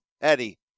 Eddie